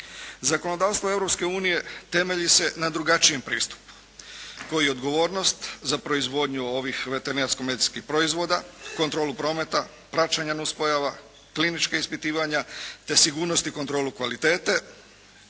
Zakonodavstvo Europske unije temelji se na drugačijem pristupu koji odgovornost za proizvodnju ovih veterinarsko-medicinskih proizvoda, kontrolu prometa, praćenja nuspojava, kliničkih ispitivanja te sigurnost i kontrolu kvalitete